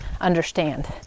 understand